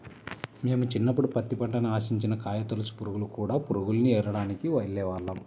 మేము చిన్నప్పుడు పత్తి పంటని ఆశించిన కాయతొలచు పురుగులు, కూడ పురుగుల్ని ఏరడానికి వెళ్ళేవాళ్ళం